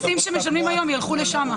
כדאי שהמיסים שמשלמים היום ילכו לשם.